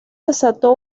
desató